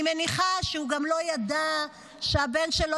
אני מניחה שהוא גם לא ידע שהבן שלו